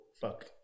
Fuck